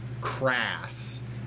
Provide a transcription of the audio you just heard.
crass